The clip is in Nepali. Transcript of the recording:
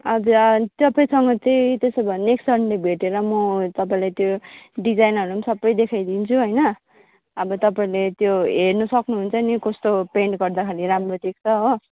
हजुर तपाईँसँग चाहिँ त्यसो भए नेक्स्ट सनडे भेटेर म तपाईँलाई त्यो डिजाइनहरू पनि सबै देखाइदिन्छु होइन अब तपाईँले त्यो हेर्न सक्नुहुन्छ नि कस्तो पेन्ट गर्दाखेरि राम्रो देख्छ हो